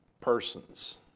persons